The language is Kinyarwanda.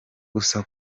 gusa